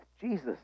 Jesus